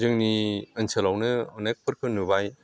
जोंनि ओनसोलावनो अनेखफोर नुबाय